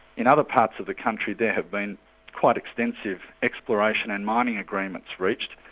in other parts of the country there have been quite extensive exploration and mining agreements reached,